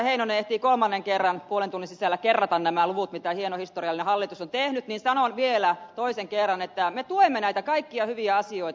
heinonen ehtii kolmannen kerran puolen tunnin sisällä kerrata nämä luvut mitä hieno historiallinen hallitus on tehnyt niin sanon vielä toisen kerran että me tuemme näitä kaikkia hyviä asioita